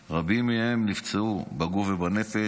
רבים מהם נפצעו בגוף ובנפש,